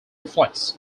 reflects